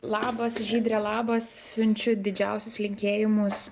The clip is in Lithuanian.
labas žydre labas siunčiu didžiausius linkėjimus